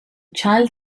child